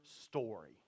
story